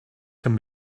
can